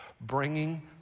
bringing